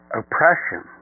oppression